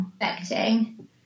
expecting